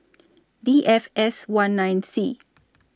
D F S one nine C